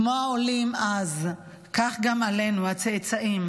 כמו העולים אז כך גם עלינו הצאצאים